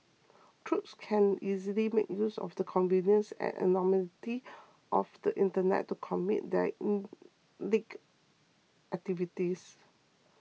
crooks can easily make use of the convenience and anonymity of the Internet to commit their illicit activities